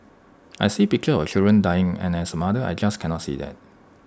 I see pictures of children dying and as A mother I just cannot see that